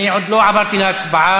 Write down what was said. אני עוד לא עברתי להצבעה,